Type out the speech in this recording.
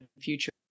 future